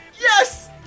Yes